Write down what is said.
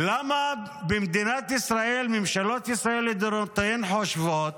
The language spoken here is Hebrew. למה במדינת ישראל ממשלות ישראל לדורותיהן חושבות